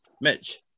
mitch